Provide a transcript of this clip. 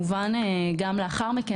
גם לאחר מכן,